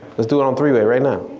let's do it on three-way right now.